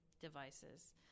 devices